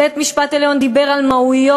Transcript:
בית-המשפט העליון דיבר על מהויות,